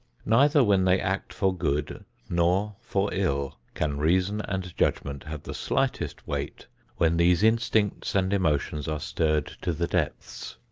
neither when they act for good nor for ill can reason and judgment have the slightest weight when these instincts and emotions are stirred to the depths.